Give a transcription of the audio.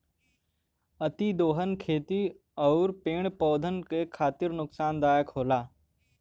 अतिदोहन खेती आउर पेड़ पौधन के खातिर नुकसानदायक होला